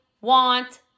want